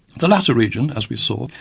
the latter region, as we saw,